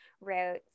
wrote